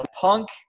Punk